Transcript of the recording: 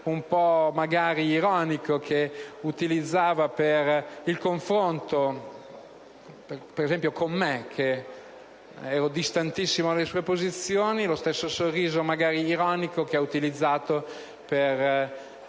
un po' ironico, che utilizzava per il confronto con me, per esempio, che ero distantissimo dalle sue posizioni: lo stesso sorriso ironico che ha utilizzato per